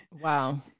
Wow